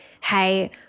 hey